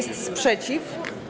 Sprzeciw!